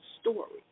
story